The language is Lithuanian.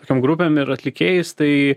tokiom grupėm ir atlikėjais tai